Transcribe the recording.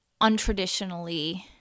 untraditionally